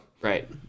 right